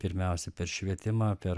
pirmiausia per švietimą per